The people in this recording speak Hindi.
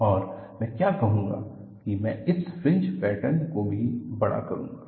और मैं क्या करूंगा कि मैं इस फ्रिंज पैटर्न को भी बड़ा करूंगा